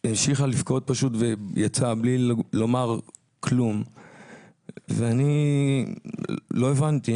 היא המשיכה לבכות פשוט ויצאה בלי לומר כלום ואני לא הבנתי,